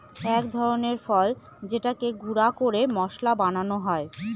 এক ধরনের ফল যেটাকে গুঁড়া করে মশলা বানানো হয়